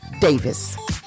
Davis